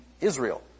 Israel